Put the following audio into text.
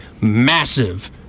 massive